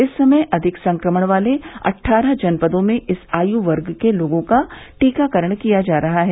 इस समय अधिक संक्रमण वाले अट्ठारह जनपदों में इस आयु वर्ग के लोगों का टीकाकरण किया जा रहा है